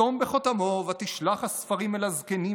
ותחתם בחתמו ותשלח הספרים אל הזקנים